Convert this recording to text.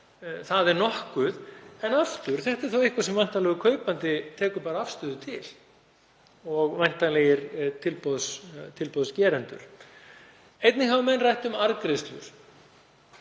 það er nokkuð, en þetta er þá eitthvað sem væntanlegur kaupandi tekur afstöðu til og væntanlegir tilboðsgerendur. Menn hafa einnig rætt um arðgreiðslur